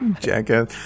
Jackass